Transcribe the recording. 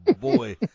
boy